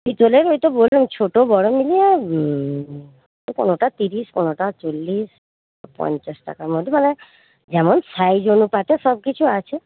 পিতলের ওইটা বললাম ছোট বড় মিলিয়ে কোনওটা তিরিশ কোনওটা চল্লিশ পঞ্চাশ টাকার মধ্যে মানে যেমন সাইজ অনুপাতে সবকিছু আছে